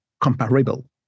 Comparable